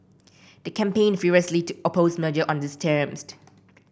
they campaigned furiously to oppose merger on these terms